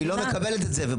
כשהיא לא מקבלת את זה.